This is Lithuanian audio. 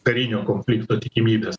karinio konflikto tikimybės